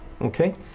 Okay